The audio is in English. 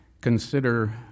consider